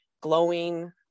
glowing